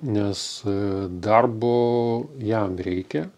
nes darbo jam reikia